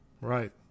Right